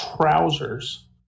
trousers